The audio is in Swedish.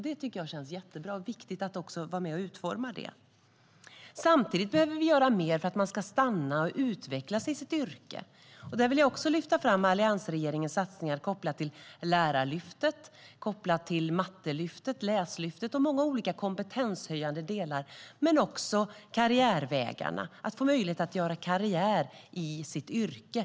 Det känns jättebra, och det är också viktigt att vara med och utforma det. Samtidigt behöver vi göra mer för att lärare ska stanna och utvecklas i sitt yrke. Där vill jag lyfta fram alliansregeringens satsningar kopplat till Lärarlyftet, Mattelyftet, Läslyftet och många olika kompetenshöjande delar. Men det handlar också om karriärvägarna och att få möjlighet att göra karriär i sitt yrke.